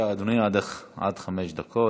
בבקשה, עד חמש דקות.